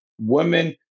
women